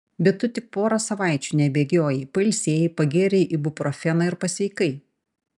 bet tu tik porą savaičių nebėgiojai pailsėjai pagėrei ibuprofeno ir pasveikai